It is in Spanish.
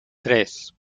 tres